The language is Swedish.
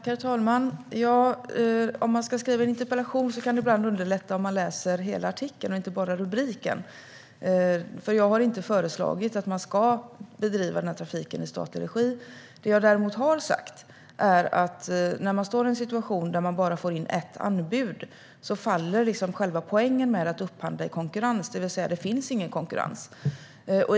Herr talman! Om man ska skriva en interpellation kan det ibland underlätta om man läser hela artikeln och inte bara rubriken. Jag har inte föreslagit att man ska bedriva trafiken i statlig regi. Det jag däremot har sagt är att när man står i en situation där man bara får in ett anbud faller själva poängen med att upphandla i konkurrens, det vill säga att det inte finns någon konkurrens.